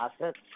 assets